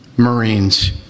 marines